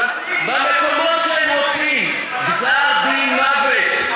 אבל במקומות שהם רוצים: גזר-דין מוות.